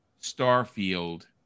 Starfield